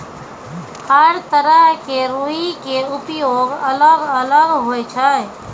हर तरह के रूई के उपयोग अलग अलग होय छै